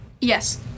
Yes